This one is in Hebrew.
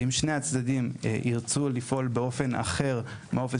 ואם שני הצדדים ירצו לפעול באופן אחר מהאופן